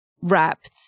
wrapped